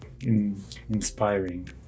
inspiring